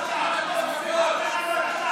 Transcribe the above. אף אחד לא משך.